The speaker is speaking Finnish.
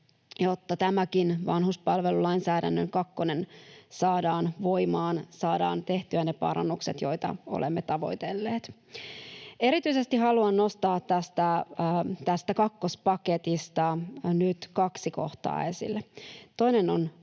jotta tämäkin vanhuspalvelulainsäädännön kakkonen saadaan voimaan, saadaan tehtyä ne parannukset, joita olemme tavoitelleet. Erityisesti haluan nostaa tästä kakkospaketista nyt kaksi kohtaa esille: Toinen on